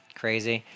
crazy